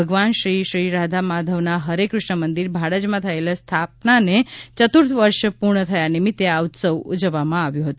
ભગવાન શ્રી શ્રી રાધા માધવના હરે ક્રષ્ણ મંદિર ભાડજમાં થયેલ સ્થાપનને ચતુર્થ વર્ષ પૂર્ણ થયા નિમિત્તે આ ઉત્સવ ઉજવવામાં આવ્યો હતો